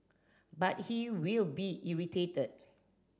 but he will be irritated